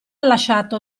lasciato